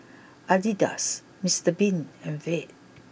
Adidas Mister Bean and Veet